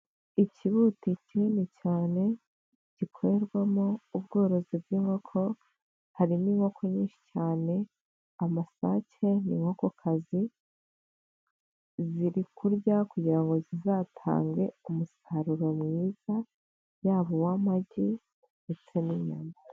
Ikibuti kinini cyane gikorerwamo ubworozi bw'inkoko harimo inkoko nyinshi cyane amasake n'inkokoka ziri kurya kugira ngo zizatange umusaruro mwiza waba uw'amagi ndetse n'inyama.